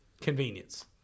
Convenience